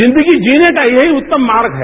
जिंदगी जीने का यहीं उत्तम मार्ग है